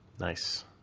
Nice